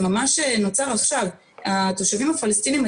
אלינו מארגונים ומתושבים.